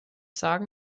sagen